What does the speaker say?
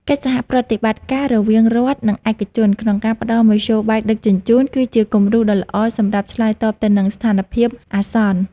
កិច្ចសហប្រតិបត្តិការរវាងរដ្ឋ និងឯកជនក្នុងការផ្តល់មធ្យោបាយដឹកជញ្ជូន គឺជាគំរូដ៏ល្អសម្រាប់ឆ្លើយតបទៅនឹងស្ថានភាពអាសន្ន។